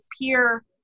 peer